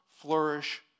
flourish